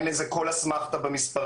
אין לזה כל אסמכתא במספרים,